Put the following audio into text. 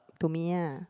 to me ah